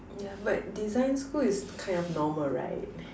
ya but design school is kind of normal right